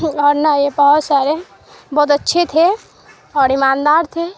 اور نہ یہ بہت سارے بہت اچھے تھے اور ایماندار تھے